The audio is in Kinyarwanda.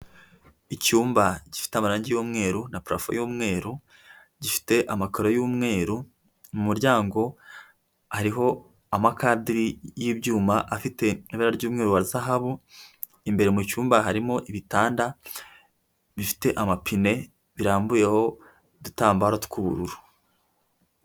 Icyumba gifite amarangi y'umweru na purafo y'umweru gifite amakaro y'umweru mu muryango hariho amakaderi y'ibyuma afite ibara ry'umweru wa zahabu, imbere mu cyumba harimo ibitanda bifite amapine birambuyeho udutambaro tw'ubururu.